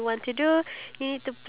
so right now